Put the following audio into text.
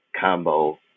combo